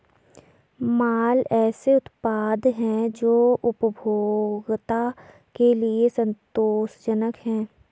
माल ऐसे उत्पाद हैं जो उपभोक्ता के लिए संतोषजनक हैं